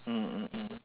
mm mm mm